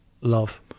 love